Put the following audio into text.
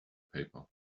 paper